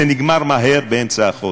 זה נגמר מהר, באמצע החודש.